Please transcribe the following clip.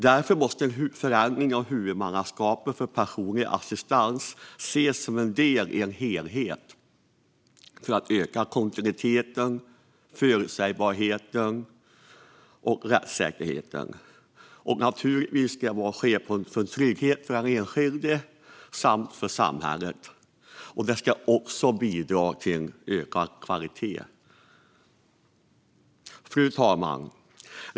Därför måste en förändring av huvudmannaskapet för personlig assistans ses som en del i en helhet för att öka kontinuiteten, förutsägbarheten, rättssäkerheten och tryggheten för den enskilde samt för samhället och också bidra till ökad kvalitet. Fru talman!